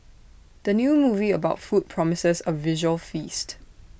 the new movie about food promises A visual feast